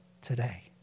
today